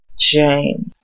James